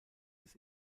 des